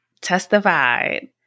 testified